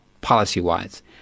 policy-wise